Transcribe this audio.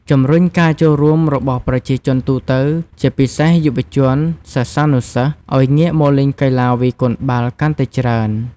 ជំរុញការចូលរួមរបស់ប្រជាជនទូទៅ ជាពិសេសយុវជន សិស្សានុសិស្ស ឱ្យងាកមកលេងកីឡាវាយកូនបាល់កាន់តែច្រើន។